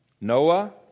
Noah